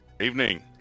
Evening